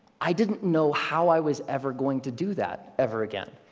i didn't know how i was ever going to do that ever again.